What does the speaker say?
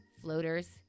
Floaters